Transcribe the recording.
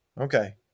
Okay